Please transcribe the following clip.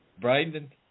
Brandon